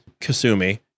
kasumi